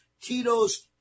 Tito's